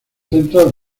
central